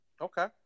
Okay